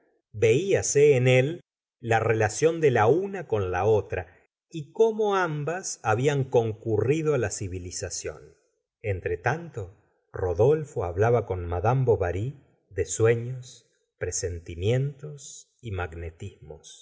agricultura velase en él la relación de la una con la otra y cómo ambas hablan concurrido á la civilización entre tanto rodolfo hablaba con mad bovary de sueños presentimientos y magnetismos